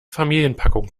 familienpackung